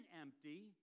empty